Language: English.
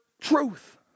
truth